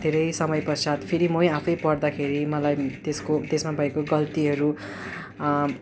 धेरै समयपश्चात फेरि मै आफै पढ्दाखेरि मलाई त्यसको त्यसमा भएको गल्तीहरू आ